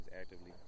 actively